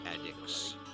addicts